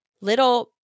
little